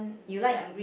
you like